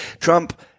Trump